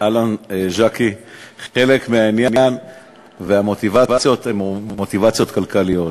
חלק מהעניין הוא מוטיבציות כלכליות,